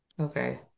Okay